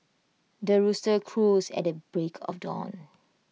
the rooster crows at the break of dawn